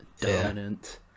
dominant